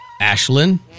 Ashlyn